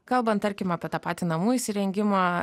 kalbant tarkim apie tą patį namų įsirengimą